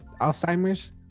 Alzheimer's